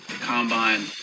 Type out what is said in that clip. Combine